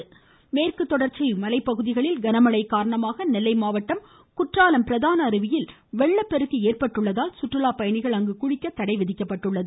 குற்றாலம் மேற்கு தொடர்ச்சி மலை பகுதிகளில் கனமழை காரணமாக நெல்லை மாவட்டம் குற்றாலம் பிரதான அருவியில் வெள்ளப்பெருக்கு ஏற்பட்டுள்ளதால் சுற்றுலா பயணிகள் குளிக்க தடை விதிக்கப்பட்டுள்ளது